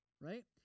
right